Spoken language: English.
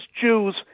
Jews